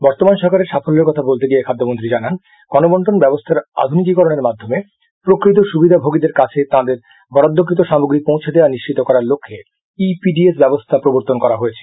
বর্তমান সরকারের সাফল্যের কথা বলতে গিয়ে খাদ্যমন্ত্রী জানান গণবন্টন ব্যবস্থার আধুনিকীকরণের মাধ্যমে প্রকৃত সুবিধাভোগীদের কাছে তাদের বরাদ্দকৃত সামগ্রী পৌঁছে দেওয়া নিশ্চিত করার লক্ষ্যে ই পিডিএস ব্যবস্থা প্রবর্তন করা হয়েছে